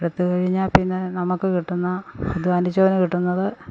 അവരെടുത്തു കഴിഞ്ഞാല് പിന്നെ നമുക്ക് കിട്ടുന്ന അധ്വാനിച്ചവനു കിട്ടുന്നത്